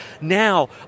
now